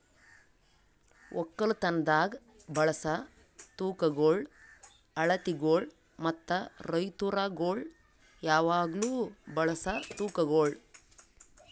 ಒಕ್ಕಲತನದಾಗ್ ಬಳಸ ತೂಕಗೊಳ್, ಅಳತಿಗೊಳ್ ಮತ್ತ ರೈತುರಗೊಳ್ ಯಾವಾಗ್ಲೂ ಬಳಸ ತೂಕಗೊಳ್